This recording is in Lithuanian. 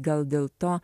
gal dėl to